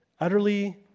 utterly